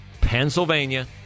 Pennsylvania